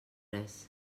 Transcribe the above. res